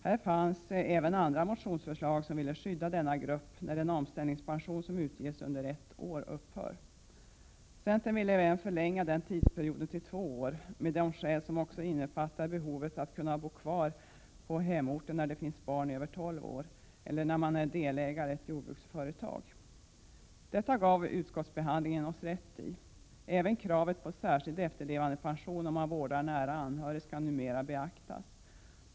Här fanns även andra motionsförslag, som ville skydda denna grupp när den omställningspension som utges under ett år upphör. Centern ville även förlänga den tidsperioden till två år, med de skäl som också innefattar behovet att kunna bo kvar på hemorten när det finns barn över tolv år eller när man är delägare i ett jordbruksföretag. Detta gav utskottsbehandlingen oss rätt i. Även kravet på särskild efterlevandepension om man vårdar nära anhörig skall numera beaktas.